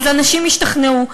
אז אנשים ישתכנעו.